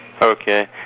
Okay